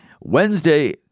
Wednesday